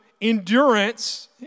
endurance